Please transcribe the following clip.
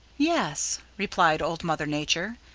yes, replied old mother nature,